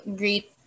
great